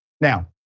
Now